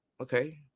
okay